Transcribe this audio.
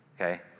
Okay